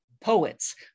poets